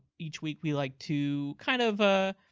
each week we like to, kind of,